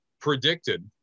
predicted